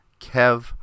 Kev